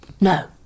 no